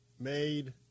made